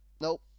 Nope